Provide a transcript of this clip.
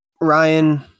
Ryan